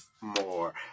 more